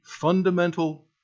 fundamental